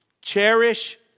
Cherish